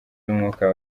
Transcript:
z’umwuka